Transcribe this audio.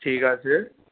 ঠিক আছে